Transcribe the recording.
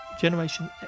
Generation